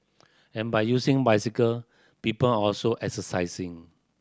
and by using bicycle people are also exercising